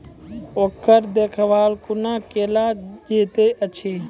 ओकर देखभाल कुना केल जायत अछि?